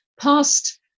past